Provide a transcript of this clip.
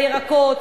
של הירקות,